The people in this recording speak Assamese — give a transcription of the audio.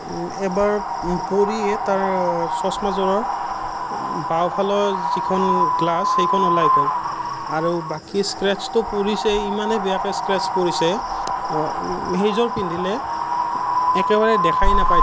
এবাৰ পৰিয়ে তাৰ চশমাযোৰৰ বাওঁফালৰ যিখন গ্লাছ সেইখন ওলাই গ'ল আৰু বাকী স্ক্ৰেটছটো পৰিছেই ইমানে বেয়াকৈ স্ক্ৰেটছ পৰিছে সেইযোৰ পিন্ধিলে একেবাৰে দেখাই নাপায়